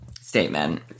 statement